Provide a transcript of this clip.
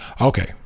Okay